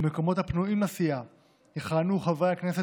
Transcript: במקומות הפנויים לסיעה יכהנו חברי הכנסת